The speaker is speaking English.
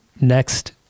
next